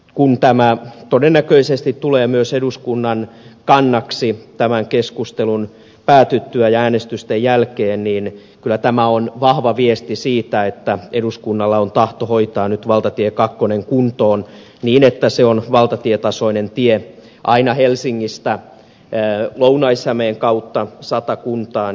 kun tämä todennäköisesti tulee myös eduskunnan kannaksi tämän keskustelun päätyttyä ja äänestysten jälkeen niin kyllä tämä on vahva viesti siitä että eduskunnalla on tahto hoitaa nyt valtatie kakkonen kuntoon niin että se on valtatietasoinen tie aina helsingistä lounais hämeen kautta satakuntaan